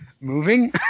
moving